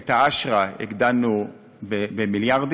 את ה"אשרא" הגדלנו במיליארדים,